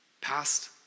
past